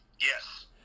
yes